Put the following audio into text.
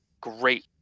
great